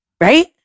right